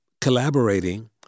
collaborating